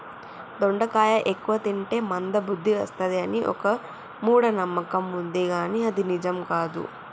దొండకాయ ఎక్కువ తింటే మంద బుద్ది వస్తది అని ఒక మూఢ నమ్మకం వుంది కానీ అది నిజం కాదు